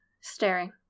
staring